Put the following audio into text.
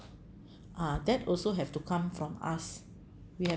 ah that also have to come from us we have